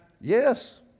Yes